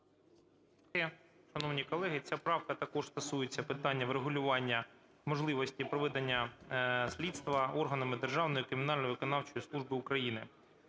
А.Ю. Шановні колеги, ця правка також стосується питання врегулювання можливості проведення слідства органами Державної кримінально-виконавчої служби України.